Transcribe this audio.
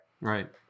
Right